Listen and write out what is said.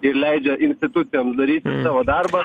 ir leidžia institucijoms daryti savo darbą